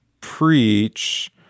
Preach